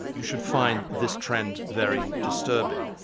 you should find this trend very disturbing.